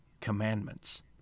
commandments